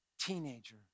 teenager